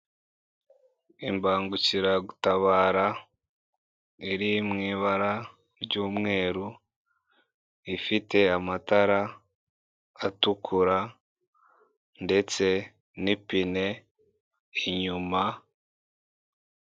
Imbangukiragutabara iri mu ibara ry'umweru, ifite amatara atukura ndetse n'ipine inyuma.